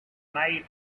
night